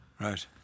Right